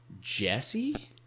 Jesse